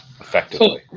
Effectively